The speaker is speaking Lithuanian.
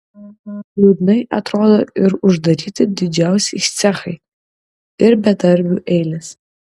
liūdnai atrodo ir uždaryti didžiausi cechai ir bedarbių eilės